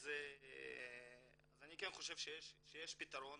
אז אני כן חושב שיש פתרון